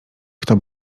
kto